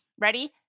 Ready